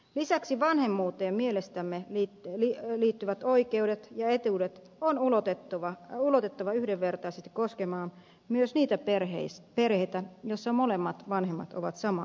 lisäksi vanhemmuuteen mielestämme liittyvät oikeudet ja etuudet on ulotettava yhdenvertaisesti koskemaan myös niitä perheitä joissa molemmat vanhemmat ovat samaa sukupuolta